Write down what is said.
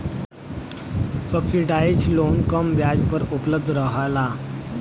subsidise loan कम ब्याज पर उपलब्ध रहला